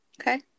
Okay